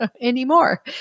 anymore